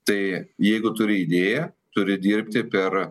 tai jeigu turi idėją turi dirbti per